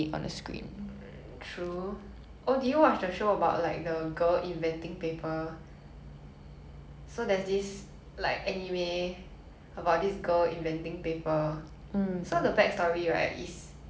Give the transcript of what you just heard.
so there's this like anime about this girl inventing paper so the backstory right is 她很爱读书 then one day ya ya ya it's that show